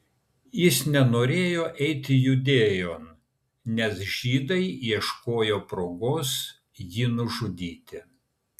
jis nenorėjo eiti judėjon nes žydai ieškojo progos jį nužudyti